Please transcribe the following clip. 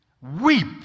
weep